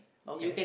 okay